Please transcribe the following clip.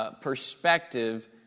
perspective